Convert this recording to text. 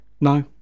No